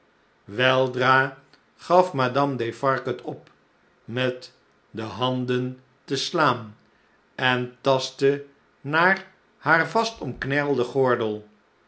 weldra gaf madame defarge het op met de harden te slaan en tastte naar haar vastomi knelden gordel